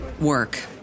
work